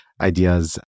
ideas